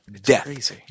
death